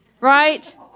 right